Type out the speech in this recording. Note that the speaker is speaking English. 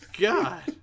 god